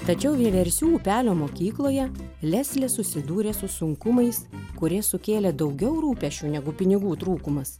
tačiau vieversių upelio mokykloje leslė susidūrė su sunkumais kurie sukėlė daugiau rūpesčių negu pinigų trūkumas